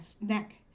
neck